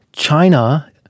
China